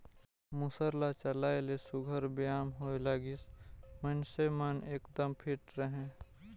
मूसर ल चलाए ले सुग्घर बेयाम होए लागिस, मइनसे मन एकदम फिट रहें